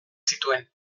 zituen